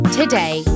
today